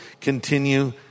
continue